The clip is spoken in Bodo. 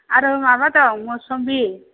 आरो माबा दं मौस'मि